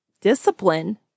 discipline